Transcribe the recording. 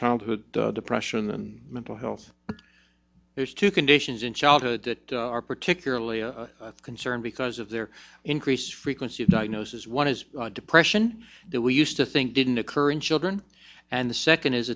childhood depression and mental health there's two conditions in childhood that are particularly concerned because of their increased frequency of diagnosis one is depression that we used to think didn't occur in children and the second is